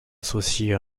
associée